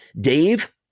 Dave